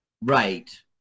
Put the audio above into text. Right